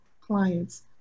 clients